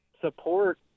support